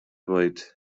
bwyd